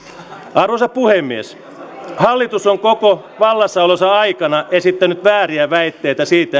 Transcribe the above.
arvoisa puhemies hallitus on koko vallassaolonsa aikana esittänyt vääriä väitteitä siitä